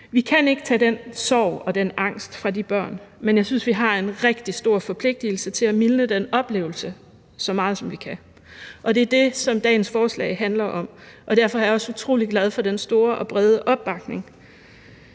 Vi kan ikke tage den sorg og den angst fra de børn, men jeg synes, vi har en rigtig stor forpligtelse til at mildne den oplevelse så meget, som vi kan. Det er det, som dagens forslag handler om, og derfor er jeg også utrolig glad for den store og brede opbakning.